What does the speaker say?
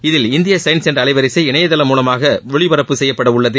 இதில் இந்திய சயின்ஸ் என்ற அலைவரிசை இணையதளம் மூலமாக ஒளிபரப்பு செய்யப்பட உள்ளது